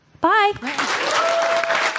Bye